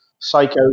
psycho